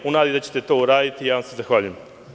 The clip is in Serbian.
U nadi da ćete to uraditi, ja vam se zahvaljujem.